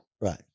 Right